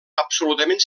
absolutament